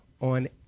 on